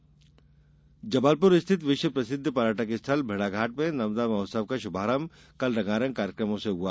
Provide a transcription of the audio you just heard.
नर्मदा महोत्सव जबलपुर स्थित विश्व प्रसिद्ध पर्यटन स्थल भेड़ाघाट में नर्मदा महोत्सव का शुभारंभ कल रंगारंग कार्यक्रमों से हुआ